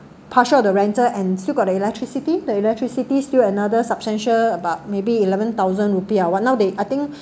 partial the rental and still got the electricity the electricity still another substantial about maybe eleven thousand rupee ah but now they I think